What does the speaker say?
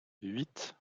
huit